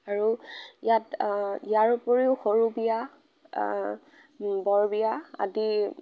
আৰু ইয়াত ইয়াৰ উপৰিও সৰু বিয়া বৰ বিয়া আদি